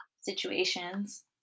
situations